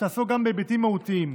ושתעסוק גם בהיבטים מהותיים,